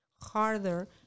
harder